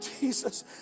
Jesus